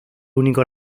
único